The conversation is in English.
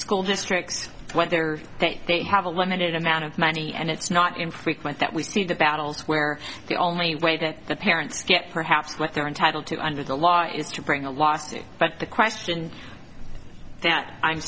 school districts whether they have a limited amount of money and it's not infrequent that we see the battles where the only way that the parents get perhaps what they're entitled to under the law is to bring a lawsuit but the question that i'm